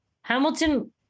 Hamilton